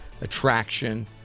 attraction